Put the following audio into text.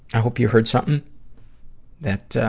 i hope you heard something that, ah,